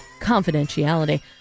confidentiality